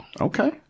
Okay